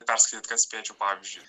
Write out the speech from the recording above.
perskaityt kad spėčiau pavyzdžiui